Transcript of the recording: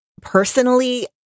personally